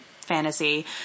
fantasy